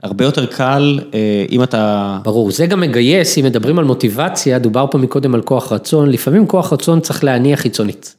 הרבה יותר קל אם אתה, ברור זה גם מגייס אם מדברים על מוטיבציה דובר פה מקודם על כוח רצון לפעמים כוח רצון צריך להניע חיצונית.